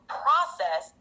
process